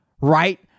right